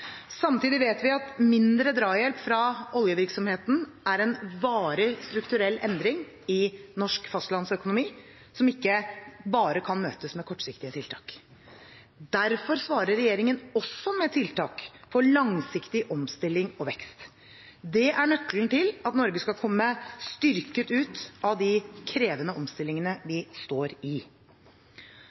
Samtidig vet vi at mindre drahjelp fra oljevirksomheten er en varig strukturell endring i norsk fastlandsøkonomi, som ikke bare kan møtes med kortsiktige tiltak. Derfor svarer regjeringen også med tiltak for langsiktig omstilling og vekst. Det er nøkkelen til at Norge skal komme styrket ut av de krevende omstillingene vi står i.